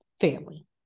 family